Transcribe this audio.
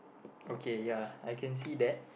okay ya I can see that